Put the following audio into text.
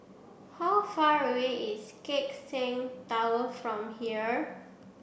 how far away is Keck Seng Tower from here